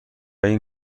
این